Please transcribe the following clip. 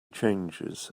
changes